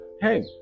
Hey